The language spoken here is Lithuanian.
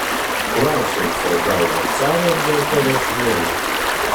kvaršins sau galvą caras dėl tavęs vieno